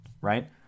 Right